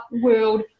world